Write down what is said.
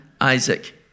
Isaac